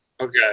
Okay